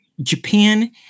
Japan